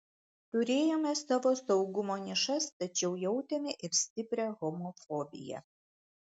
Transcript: turėjome savo saugumo nišas tačiau jautėme ir stiprią homofobiją